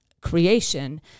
creation